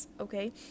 okay